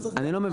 אני לא מבין,